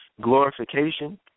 glorification